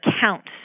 counts